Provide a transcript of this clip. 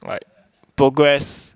like progress